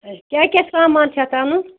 کیٛاہ کیٛاہ سامان چھ اَتھ اَنُن